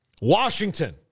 Washington